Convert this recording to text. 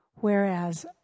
Whereas